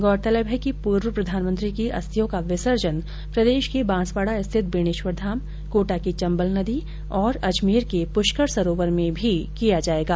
गौरतलब है कि पूर्व प्रधानमंत्री की अस्थियों का विसर्जन प्रदेश के बांसवाडा स्थित बेणेश्वर धाम कोटा की चम्बल नदी और अजमेर के पुष्कर सरोवर में भी किया जायेगा